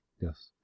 Yes